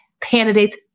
candidates